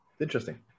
interesting